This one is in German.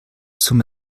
zum